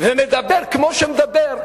ומדבר כמו שמדבר,